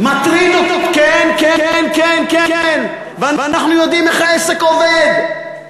כן כן כן כן, ואנחנו יודעים איך העסק עובד.